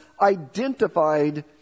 identified